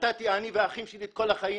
נתנו אני ואחים שלי את כל החיים,